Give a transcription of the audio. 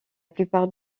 plupart